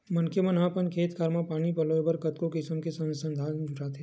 मनखे मन ह अपन खेत खार म पानी पलोय बर कतको किसम के संसाधन जुटाथे